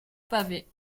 pavé